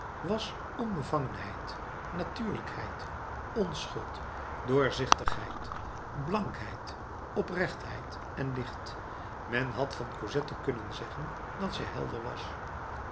was onbevangenheid natuurlijkheid onschuld doorzichtigheid blankheid oprechtheid en licht men had van cosette kunnen zeggen dat zij helder was